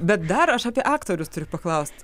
bet dar aš apie aktorius turiu paklaust